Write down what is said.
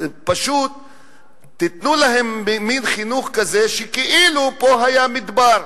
פשוט תיתנו להם מין חינוך כזה שכאילו פה היה מדבר,